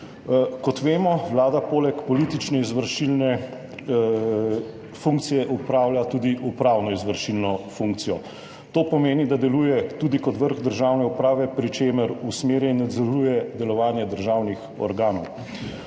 Kot vemo, vlada poleg politične izvršilne funkcije opravlja tudi upravno izvršilno funkcijo. To pomeni, da deluje tudi kot vrh državne uprave, pri čemer usmerja in nadzoruje delovanje državnih organov.